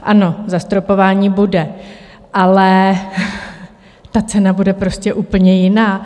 Ano, zastropování bude, ale ta cena bude prostě úplně jiná.